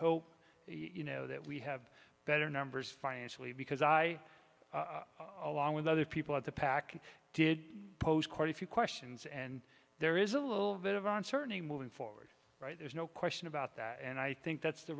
hope you know that we have better numbers financially because i along with other people at the package did pose quite a few questions and there is a little bit of uncertainty moving forward right there's no question about that and i think that's the